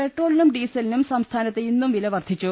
പെട്രോളിനും ഡീസലിനും സംസ്ഥാനത്ത് ഇന്നും വില വർധി ച്ചു